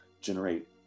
generate